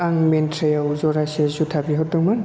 आं मिन्थ्रायाव ज'रासे जुथा बिहरदोंमोन